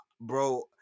Bro